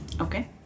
Okay